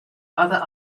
other